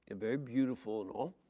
and very beautiful and all,